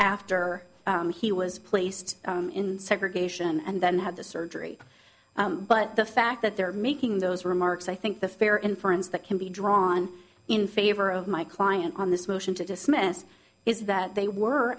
after he was placed in segregation and then had the surgery but the fact that they're making those remarks i think the fair inference that can be drawn in favor of my client on this motion to dismiss is that they were